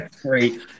Great